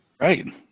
Right